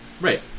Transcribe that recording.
Right